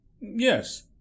yes